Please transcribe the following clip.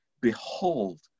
Behold